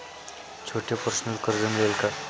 छोटे पर्सनल कर्ज मिळेल का?